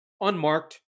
unmarked